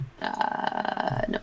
No